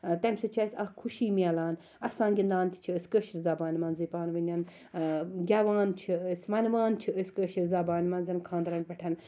تمہِ سۭتۍ چھِ اَسہِ اکھ خوشی مِلان اَسان گِنٛدان تہِ چھِ أسۍ کٲشرٕ زَبانہِ مَنٛزٕے پانہٕ ؤنیٚن گیٚوان چھِ أسۍ وَنوان چھِ أسۍ کٲشر زَبانۍ مَنٛز خانٛدرَن پیٹھ